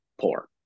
poor